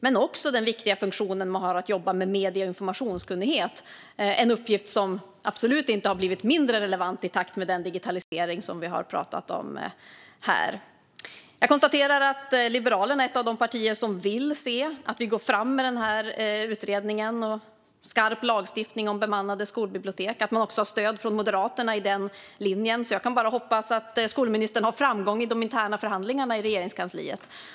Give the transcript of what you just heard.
De har också den viktiga funktionen att jobba med medie och informationskunnighet, en uppgift som absolut inte har blivit mindre relevant i takt med den digitalisering som vi pratat om här. Jag konstaterar att Liberalerna är ett av de partier som vill se att vi går fram med den här utredningen och med skarp lagstiftning om bemannade skolbibliotek. Man har stöd från Moderaterna för den linjen, så jag kan bara hoppas att skolministern har framgång i de interna förhandlingarna i Regeringskansliet.